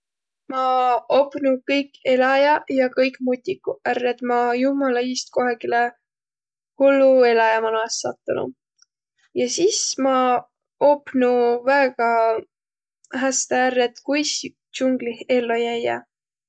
Ma opnuq kõik eläjäq ja kõik mutikuq ärq, et ma jumala iist kohegilõ hullu eläjä mano es sattunuq. Ja sis ma opnuq väega häste ärq, et kuis džunglih ello jäiäq.